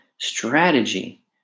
Strategy